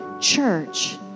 church